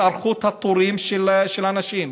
עם התארכות התורים של אנשים,